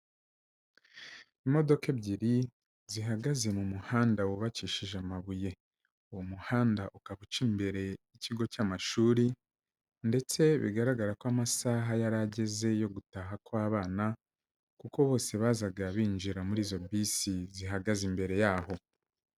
Imodoka ebyiri zihagaze mu muhanda wubakishije amabuye. Uwo muhanda ukaba uca imbere y'ikigo cy'amashuri ndetse bigaragara ko amasaha yari ageze yo gutaha kw'abana kuko bose bazaga binjira muri izo bus zihagaze imbere yaho.